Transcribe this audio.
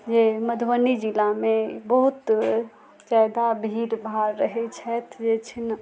मधुबनी जिलामे बहुत जादा भीड़ भाड़ रहै छथि जे छै ने